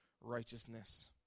righteousness